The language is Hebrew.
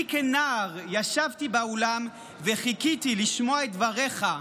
אני כנער ישבתי באולם וחיכיתי לשמוע את דבריך,